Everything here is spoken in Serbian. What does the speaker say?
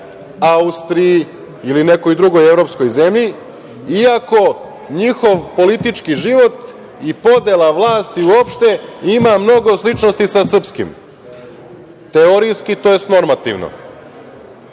Austriji ili nekoj drugoj evropskoj zemlji, iako njihov politički život i podela vlasti uopšte ima mnogo sličnosti sa srpskim, teorijski tj. normativno.